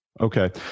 Okay